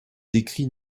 décrit